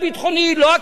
לא הכלכלי,